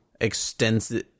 extensive